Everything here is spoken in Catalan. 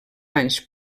anys